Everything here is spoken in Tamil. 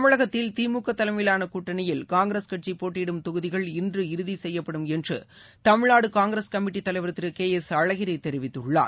தமிழகத்தில் திமுகதலைமையிலானகூட்டணியில் காங்கிரஸ் கட்சிபோட்டியிடும் தொகுதிகள் இன்று இறுதிசெய்யப்படும் என்றுமிழ்நாடுகாங்கிரஸ் கமிட்டித் தலைவர் திருகே எஸ் அழகிரிதெரிவித்துள்ளார்